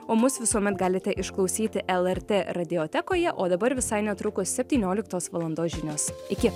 o mus visuomet galite išklausyti lrt radiotekoje o dabar visai netrukus septynioliktos valandos žinios iki